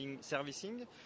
servicing